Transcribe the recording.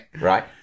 right